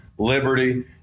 Liberty